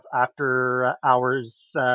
after-hours